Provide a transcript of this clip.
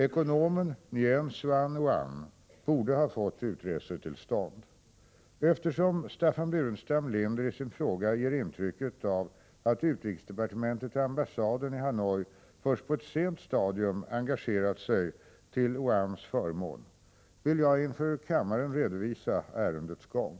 Ekonomen Nguyen Xuan Oanh borde ha fått utresetillstånd. Eftersom Staffan Burenstam Linder i sin fråga ger intrycket av att utrikesdepartementet och ambassaden i Hanoi först på ett sent stadium engagerat sig till Nguyen Xuan Oanhs förmån, vill jag inför kammaren redovisa ärendets gång.